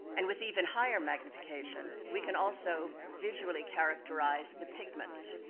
and with even higher magnification, we can also visually characterize the pigments,